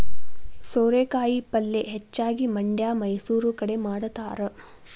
ಸೋರೆಕಾಯಿ ಪಲ್ಯೆ ಹೆಚ್ಚಾಗಿ ಮಂಡ್ಯಾ ಮೈಸೂರು ಕಡೆ ಮಾಡತಾರ